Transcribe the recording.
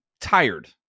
tired